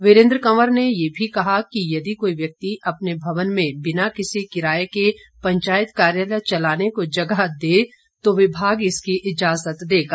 वीरेन्द्र कंवर ने यह भी कहा कि यदि कोई व्यक्ति अपने भवन में बिना किसी किराए के पंचायत कार्यालय चलाने को जगह दे तो विभाग इसकी इजाजत देगा